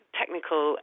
technical